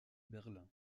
berlin